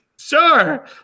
Sure